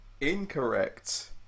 Incorrect